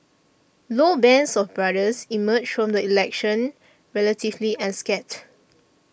low's band of brothers emerged from the election relatively unscathed